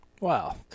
Wow